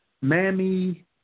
mammy